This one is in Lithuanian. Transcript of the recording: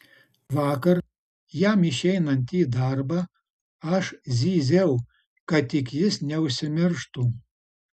vakar jam išeinant į darbą aš zyziau kad tik jis neužsimirštų